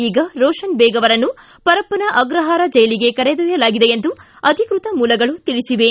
ಈಗ ರೋಷನ್ ಬೇಗ್ ಅವರನ್ನು ಪರಪ್ಪನ ಅಗ್ರಹಾರ ಜೈಲಿಗೆ ಕರೆದೊಯ್ಯಲಾಗಿದೆ ಎಂದು ಅಧಿಕೃತ ಮೂಲಗಳು ತಿಳಿಸಿವೆ